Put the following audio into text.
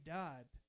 died